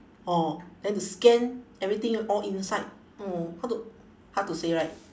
orh then to scan everything all inside orh how to how to say right